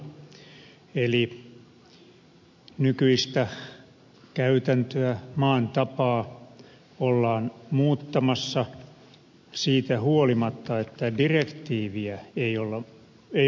eli nykyistä käytäntöä maan tapaa ollaan muuttamassa siitä huolimatta että direktiiviä ei ole muutettu